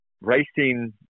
racing